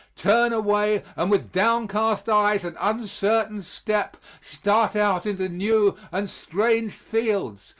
turn away and with downcast eyes and uncertain step start out into new and strange fields,